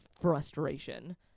frustration